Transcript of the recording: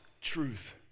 truth